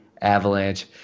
avalanche